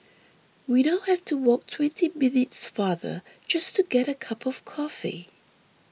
we now have to walk twenty minutes farther just to get a cup of coffee